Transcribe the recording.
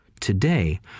today